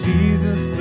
Jesus